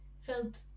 felt